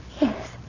yes